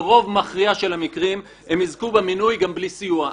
ברוב מכריע של המקרים הם יזכו במינוי גם בלי סיוע.